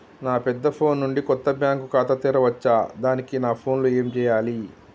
నా పెద్ద ఫోన్ నుండి కొత్త బ్యాంక్ ఖాతా తెరవచ్చా? దానికి నా ఫోన్ లో ఏం చేయాలి?